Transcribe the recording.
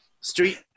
street